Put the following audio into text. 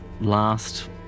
last